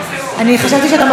אני חשבתי שאתה מחוק מכל